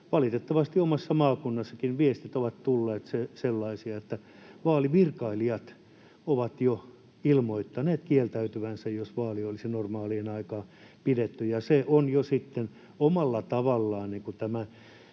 Valitettavasti omassakin maakunnassani on tullut sellaisia viestejä, että vaalivirkailijat ovat jo ilmoittaneet kieltäytyvänsä, jos vaali pidettäisiin normaaliin aikaan, ja se on jo sitten omalla tavallaan